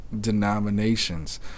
denominations